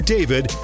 David